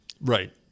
Right